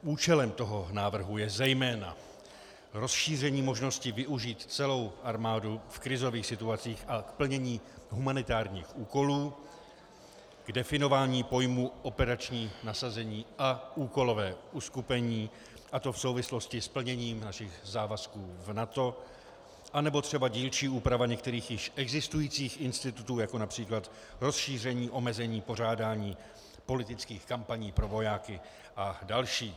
Účelem návrhu je zejména rozšíření možnosti využít celou armádu v krizových situacích a k plnění humanitárních úkolů, definování pojmu operační nasazení a úkolové uskupení, a to v souvislosti s plněním našich závazků v NATO, anebo třeba dílčí úprava některých již existujících institutů, jako například rozšíření omezení pořádání politických kampaní pro vojáky a další.